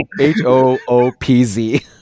H-O-O-P-Z